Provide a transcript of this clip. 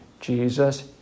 Jesus